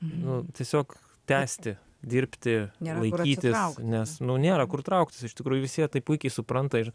nu tiesiog tęsti dirbti laikytis nes nu nėra kur trauktis iš tikrųjų visi jie tai puikiai supranta ir